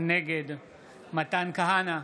נגד מתן כהנא,